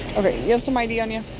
ok. you have some id on you?